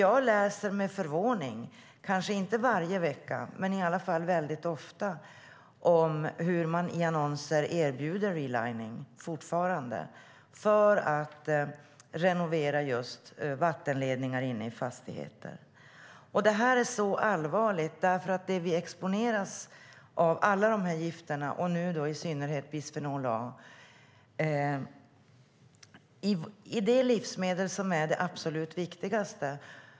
Jag läser med förvåning, kanske inte varje vecka men väldigt ofta, hur man i annonser fortfarande erbjuder relining för renovering av just vattenledningar inne i fastigheter. Det är oerhört allvarligt att vi exponeras för olika gifter och nu i synnerhet bisfenol A i det livsmedel som är det absolut viktigaste.